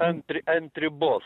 ant ri ant ribos